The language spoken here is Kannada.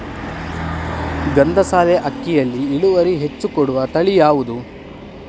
ಗಂಧಸಾಲೆ ಅಕ್ಕಿಯಲ್ಲಿ ಇಳುವರಿ ಹೆಚ್ಚು ಕೊಡುವ ತಳಿ ಯಾವುದು?